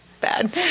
bad